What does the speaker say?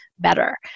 Better